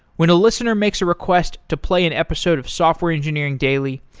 when a listener makes a request to play an episode of software engineering daily,